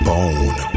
Bone